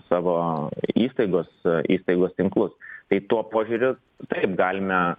savo įstaigos įtaigos tinklus tai tuo požiūriu taip galime